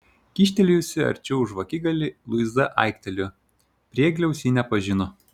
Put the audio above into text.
kyštelėjusi arčiau žvakigalį luiza aiktelėjo priegliaus ji nepažino